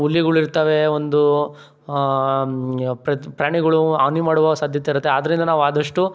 ಹುಲಿಗಳು ಇರ್ತವೆ ಒಂದು ಪ್ರಾಣಿಗುಳು ಹಾನಿ ಮಾಡುವ ಸಾಧ್ಯತೆ ಇರುತ್ತೆ ಆದ್ದರಿಂದ ನಾವು ಆದಷ್ಟು